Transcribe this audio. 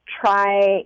try